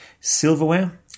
Silverware